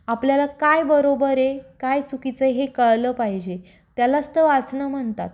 आपल्याला काय बरोबर आहे काय चुकीचं हे कळलं पाहिजे त्यालाच तर वाचणं म्हणतात